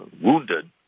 wounded